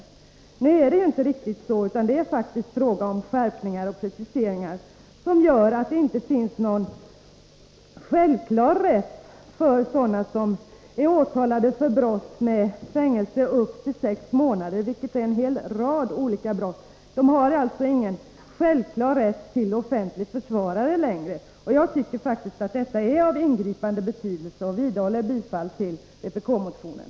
Men nu är det inte riktigt så, utan det är faktiskt fråga om skärpningar och preciseringar som gör att det inte längre finns någon självklar rätt för sådana som är åtalade för brott med påföljden fängelse upp till sex månader att få offentlig försvarare. Jag tycker faktiskt att detta har en ingripande betydelse, och jag vidhåller mitt yrkande om bifall till vpk-motionen.